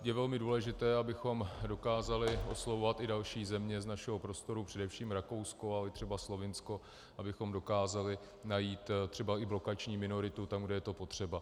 Je velmi důležité, abychom dokázali oslovovat i další země z našeho prostoru, především Rakousko, ale třeba i Slovinsko, abychom dokázali najít třeba i blokační minoritu tam, kde je to potřeba.